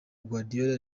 guardiola